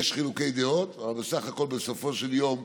יש חילוקי דעות, אבל בסך הכול, בסופו של יום,